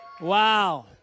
Wow